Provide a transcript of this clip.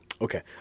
Okay